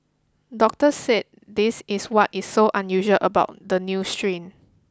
doctors said this is what is so unusual about the new strain